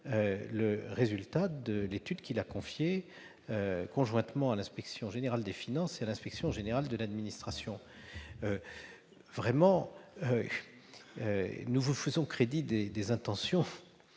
le résultat de l'étude qu'il a confiée conjointement à l'inspection générale des finances et à l'inspection générale de l'administration. Nous vous faisons réellement crédit des intentions